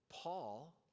Paul